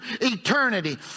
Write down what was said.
eternity